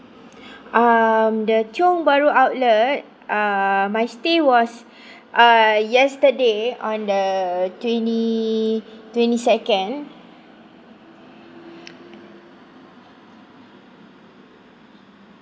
um the tiong bahru outlet uh my stay was uh yesterday on the twenty twenty second